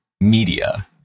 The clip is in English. media